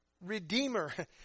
Redeemer